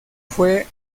fue